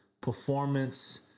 performance